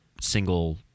single